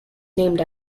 named